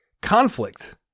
conflict